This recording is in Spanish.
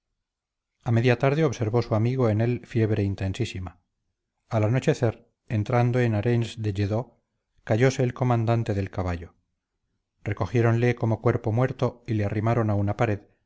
a media tarde observó su amigo en él fiebre intensísima al anochecer entrando en arenys de lledó cayose el comandante del caballo recogiéronle como cuerpo muerto y le arrimaron a una pared